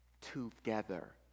together